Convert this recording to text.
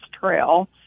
trail